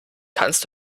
kannst